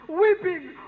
weeping